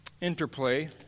interplay